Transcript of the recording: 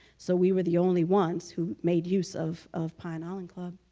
so we were the only ones who made use of of pine island club.